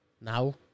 now